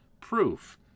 proof